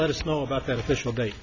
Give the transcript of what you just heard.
let us know about that official da